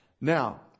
Now